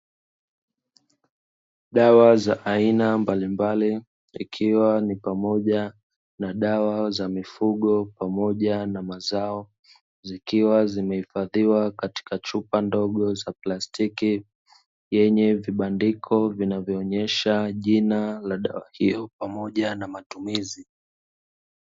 Dawa za aina mbalimbali, ikiwa ni pamoja na dawa za mifugo, pamoja na mazao, zikiwa zimehifadhiwa katika chupa ndogo za plastiki, yenye vibandiko vinavyoonyesha jina la dawa hiyo, pamoja na matumizi.